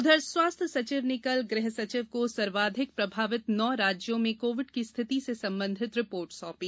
उधर स्वास्थ्य सचिव ने कल गृह सचिव को सर्वाधिक प्रभावित नौ राज्यों में कोविड की स्थिति से संबंधित रिपोर्ट सौंपी